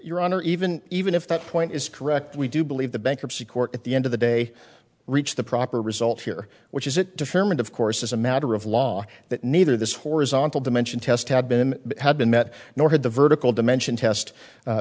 your honor even even if that point is correct we do believe the bankruptcy court at the end of the day reached the proper result here which is it different of course as a matter of law that neither this horizontal dimension test had been had been met nor had the vertical dimension test